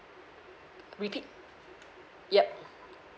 repeat yup